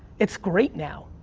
it's great now.